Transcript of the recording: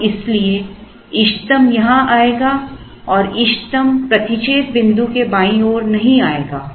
और इसलिए इष्टतम यहां आएगा और इष्टतम प्रतिच्छेद बिन्दु के बाईं ओर नहीं आएगा